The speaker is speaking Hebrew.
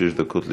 שש דקות,